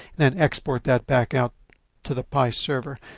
and then export that back out to the pi server,